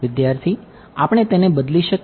વિદ્યાર્થી આપણે તેને બદલી શકીએ